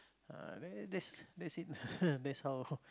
ah there that's that's it that's how